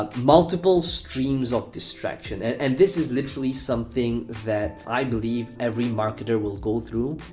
um multiple streams of distraction, and and this is literally something that i believe every marketer will go through,